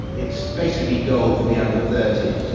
it's basically gold for the under thirty